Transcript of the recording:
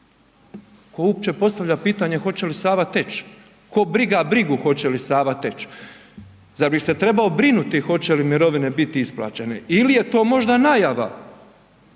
Tko uopće postavlja pitanje hoće li Sava teći, ko briga brigu hoće li Sava teći? Zar bi se trebao brinuti hoće li mirovine biti isplaćene ili je to možda najava